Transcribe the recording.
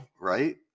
right